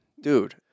dude